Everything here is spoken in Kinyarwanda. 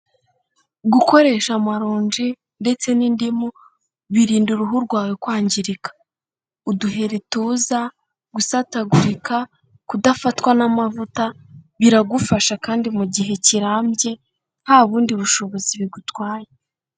Gukoresha amaronji ndetse n'indimu birinda uruhu rwawe kwangirika. Uduheri tuza, gusatagurika, kudafatwa n'amavuta, biragufasha kandi mu gihe kirambye, ntabundi bushobozi bigutwaye.